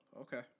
Okay